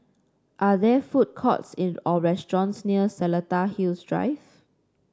are there food courts or restaurants near Seletar Hills Drive